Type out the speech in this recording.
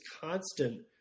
constant